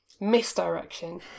misdirection